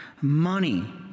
Money